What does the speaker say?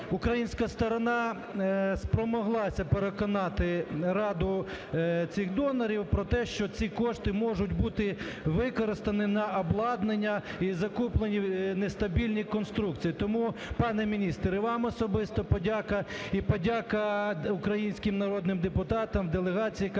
Українська сторона спромоглася переконати раду цих донорів про те, що ці кошти можуть бути використані на обладнання і закуплення нестабільних конструкцій. Тому пане міністр, вам особисто подяка і подяка українським народним депутатам, делегації,